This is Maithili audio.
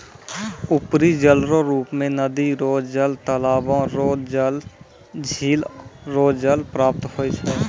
उपरी जलरो रुप मे नदी रो जल, तालाबो रो जल, झिल रो जल प्राप्त होय छै